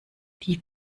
die